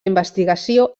investigació